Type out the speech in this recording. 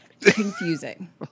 confusing